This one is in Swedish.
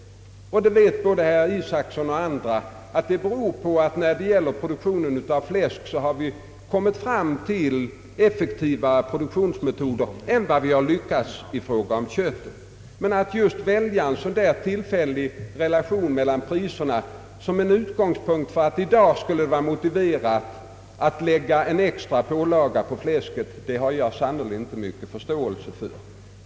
Både herr Isacson och andra vet att detta beror på att vi beträffande fläsket kommit fram till effektivare produktionsmetoder än vi lyckats med i fråga om köttet. Att välja en sådan tillfällig relation mellan priserna som utgångspunkt för att det i dag skulle vara motiverat att lägga en extra pålaga på fläsket har jag sannerligen inte mycken förståelse för.